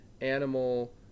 animal